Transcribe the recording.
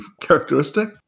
characteristic